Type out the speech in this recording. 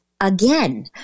again